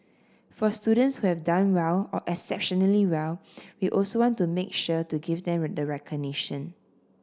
for students who have done well or exceptionally well we also want to make sure to give them the recognition